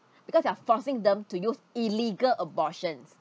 because you are forcing them to use illegal abortions